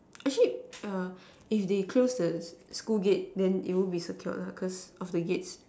actually err if they close the school gate then it wouldn't be secured lah cause of the Gates